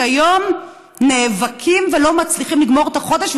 שהיום נאבקים ולא מצליחים לגמור את החודש,